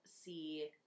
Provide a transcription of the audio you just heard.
see